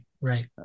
right